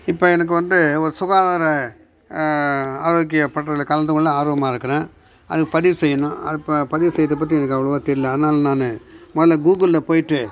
இப்போ எனக்கு வந்து ஒரு சுகாதார ஆரோக்கிய பட்றையில் கலந்துக்கொள்ள ஆர்வமாக இருக்கிறேன் அதுக்கு பதிவு செய்யணும் இப்போ பதிவு செய்கிறத பற்றி எனக்கு அவ்வளோவா தெரில அதனால் நான் முதல்ல கூகுளில் போய்விட்டு